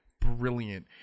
brilliant